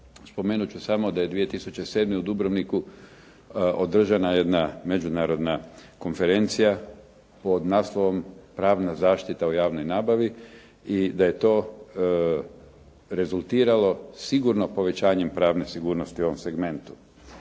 spomenuti ću sam da je 2007. u Dubrovniku održana jedna međunarodna konferencija pod naslovom "Pravna zaštita o javnoj nabavi" i da je to rezultiralo sigurno povećanjem pravne sigurnosti u ovom segmentu.